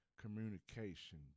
communication